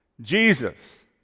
Jesus